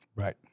Right